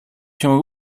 się